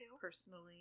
personally